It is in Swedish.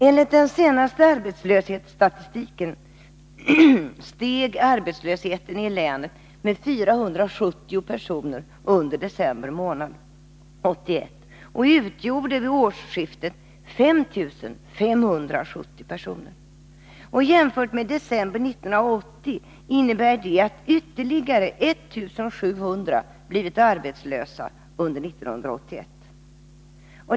Enligt den senaste arbetslöshetsstatistiken steg arbetslösheten i länet med 470 personer under december månad 1981 och utgjorde vid årsskiftet 5 570 personer. Jämfört med december 1980 innebär det att ytterligare 1 700 blivit arbetslösa under 1981.